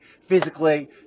physically